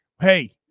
hey